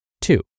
Two